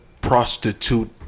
prostitute